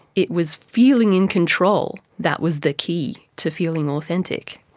it was feeling in control that was the key to feeling authentic.